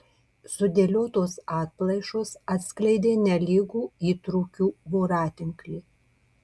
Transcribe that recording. sudėliotos atplaišos atskleidė nelygų įtrūkių voratinklį